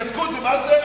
הינתקות, מה זה?